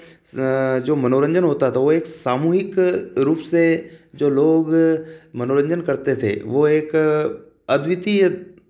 जो मनोरंजन होता था वह एक सामूहिक रूप से जो लोग मनोरंजन करते थे वे एक अद्वितीय